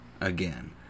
again